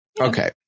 Okay